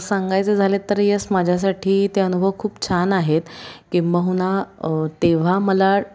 सांगायचे झाले तर यस माझ्यासाठी ते अनुभव खूप छान आहेत किंबहुना तेव्हा मला